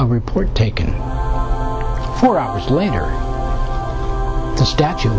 a report taken four hours later the statue